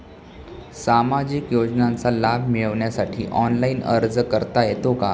सामाजिक योजनांचा लाभ मिळवण्यासाठी ऑनलाइन अर्ज करता येतो का?